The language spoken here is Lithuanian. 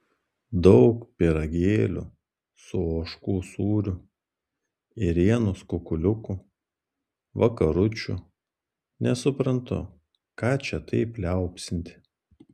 daug pyragėlių su ožkų sūriu ėrienos kukuliukų vakaručių nesuprantu ką čia taip liaupsinti